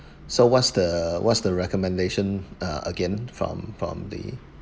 so what's the what's the recommendation uh again from from the